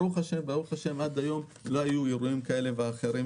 ברוך השם, לא היו עד היום אירועים של תאונות.